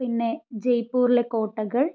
പിന്നെ ജയ്പ്പൂരിലെ കോട്ടകൾ